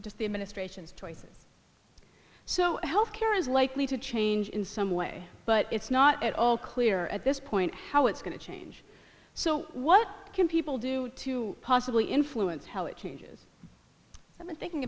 just the administration's choices so health care is likely to change in some way but it's not at all clear at this point how it's going to change so what can people do to possibly influence how it changes in the thinking